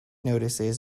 notices